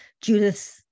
Judith